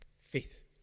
Faith